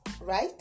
right